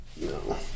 no